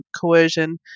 coercion